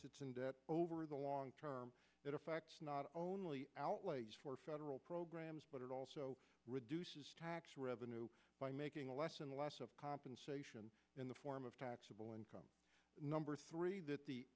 deficits and debt over the long term it affects not only outlays for federal programs but it also reduces tax revenue by making a less and less of compensation in the form of taxable income number three